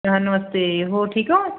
ਹਾਂ ਨਮਸਤੇ ਹੋਰ ਠੀਕ ਹੋ